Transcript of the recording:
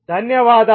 ధన్యవాదాలు